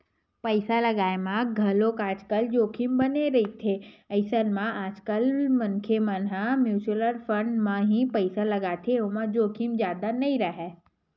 पइसा लगाय म घलोक आजकल जोखिम बने रहिथे अइसन म आजकल मनखे मन म्युचुअल फंड म ही पइसा लगाथे ओमा जोखिम जादा नइ राहय